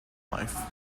life